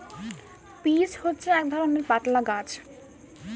peach হচ্ছে এক ধরণের পাতলা গাছ